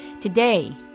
Today